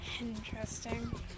Interesting